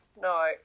no